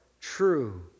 true